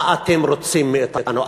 מה אתם רוצים מאתנו?